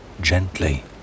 gently